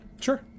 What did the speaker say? Sure